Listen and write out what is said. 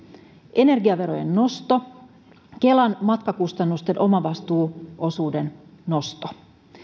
energiaverojen nosto kelan matkakustannusten omavastuuosuuden nosto